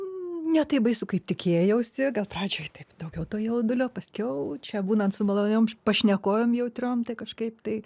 ne taip baisu kaip tikėjausi gal pradžioj taip daugiau to jaudulio paskiau čia būnant su maloniom pašnekovėm jautriom tai kažkaip tai